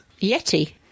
Yeti